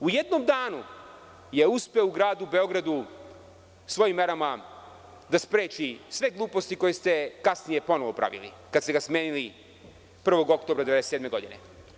U jednom danu je uspeo u Gradu Beogradu svojim merama da spreči sve gluposti koje ste kasnije ponovo pravili, kada ste ga smenili 1. oktobra 1997. godine.